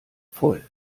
voll